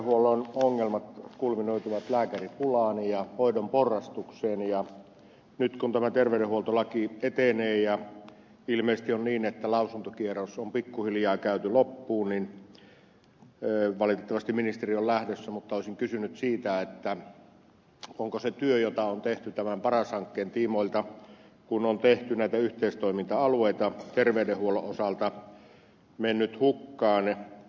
terveydenhuollon ongelmat kulminoituvat lääkäripulaan ja hoidon porrastukseen ja nyt kun tämä terveydenhuoltolaki etenee ja ilmeisesti on niin että lausuntokierros on pikkuhiljaa käyty loppuun valitettavasti ministeri on lähdössä olisin kysynyt siitä onko se työ jota on tehty tämän paras hankkeen tiimoilta kun on tehty näitä yhteistoiminta alueita terveydenhuollon osalta mennyt hukkaan